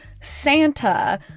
Santa